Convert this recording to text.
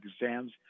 exams